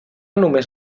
només